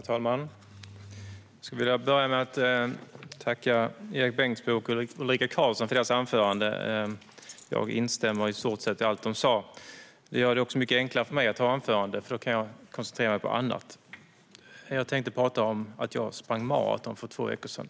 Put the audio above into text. Herr talman! Jag skulle vilja börja med att tacka Erik Bengtzboe och Ulrika Carlsson för deras anföranden. Jag instämmer i stort sett i allt som de sa. Det gör det också mycket enklare för mig att hålla det här anförandet, för då kan jag koncentrera mig på att tala om annat. Jag tänkte tala om att jag sprang maraton för två veckor sedan.